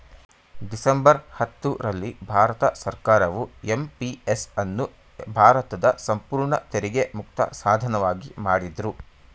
December ಹತ್ತು ರಲ್ಲಿ ಭಾರತ ಸರ್ಕಾರವು ಎಂ.ಪಿ.ಎಸ್ ಅನ್ನು ಭಾರತದ ಸಂಪೂರ್ಣ ತೆರಿಗೆ ಮುಕ್ತ ಸಾಧನವಾಗಿ ಮಾಡಿದ್ರು